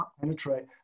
penetrate